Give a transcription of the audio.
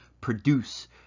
produce